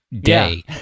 day